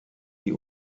die